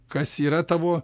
kas yra tavo